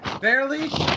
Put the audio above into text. Barely